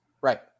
Right